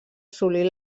assolir